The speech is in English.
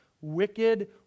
wicked